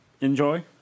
Enjoy